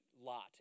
lot